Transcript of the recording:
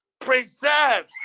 preserve